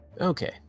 Okay